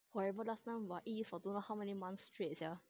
whatever last time I eat for don't know how many months straight sia